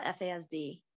FASD